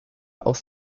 aus